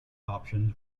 options